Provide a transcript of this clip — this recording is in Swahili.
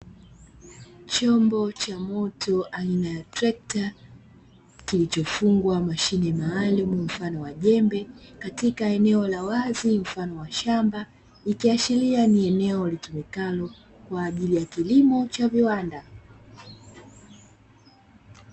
Chombo cha moto aina ya trekita, kilichofungwa mashine maalumu mfano wa jembe katika eneo la wazi mfano wa shamba, ikiashiria ni eneo litumikalo kwaajili ya kilimo cha viwanda.